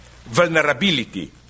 vulnerability